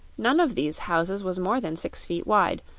none of these houses was more than six feet wide,